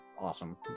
awesome